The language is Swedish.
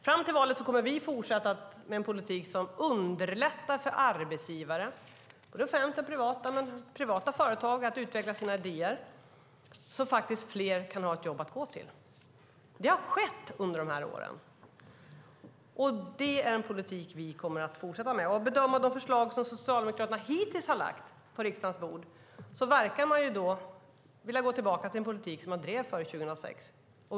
Fram till valet kommer vi att fortsätta med en politik som underlättar för arbetsgivare, både offentliga arbetsgivare och privata företag, att utveckla sina idéer så att fler kan ha ett jobb att gå till. Det har skett under dessa år. Det är en politik som vi kommer att fortsätta med. Att döma av de förslag som Socialdemokraterna hittills har lagt fram på riksdagens bord verkar man vilja gå tillbaka till en politik som man drev före 2006.